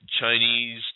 Chinese